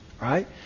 right